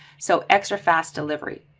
so extra fast delivery,